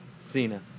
Cena